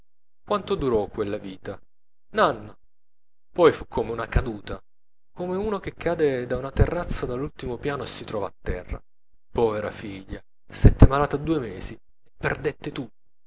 quanto durò quella vita n'anno poi fu come una caduta come uno che cade da una terrazza all'ultimo piano e si trova a terra povera figlia stette malata due mesi e perdette tutto